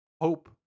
hope